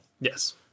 Yes